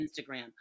Instagram